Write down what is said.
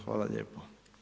Hvala lijepo.